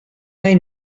nahi